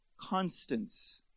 constants